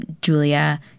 Julia